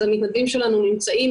אז המתנדבים שלנו נמצאים,